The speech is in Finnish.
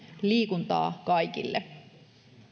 liikuntaa kaikille